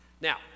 Now